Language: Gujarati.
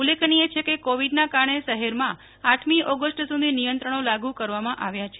ઉલ્લેખનીય છે કે કોવિડના કારણે શહેરમાં આઠમી ઓગસ્ટ સુધી નિયંત્રણો લાગુ કરવામાં આવ્યા છે